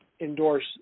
endorse